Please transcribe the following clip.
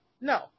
No